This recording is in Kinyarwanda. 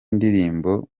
ndirimbo